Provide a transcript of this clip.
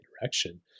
direction